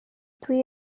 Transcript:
dwi